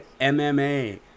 MMA